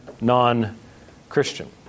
non-Christian